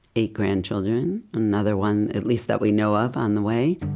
eight grandchildren, another one, at least that we know of on the way.